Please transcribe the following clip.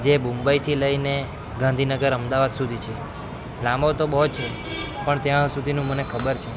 જે મુંબઈથી લઈને ગાંધીનગર અમદાવાદ સુધી છે લાંબો તો બહુ છે પણ ત્યાં સુધીનું મને ખબર છે